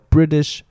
British